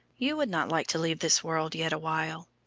you would not like to leave this world yet awhile.